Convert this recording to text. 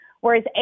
Whereas